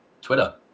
Twitter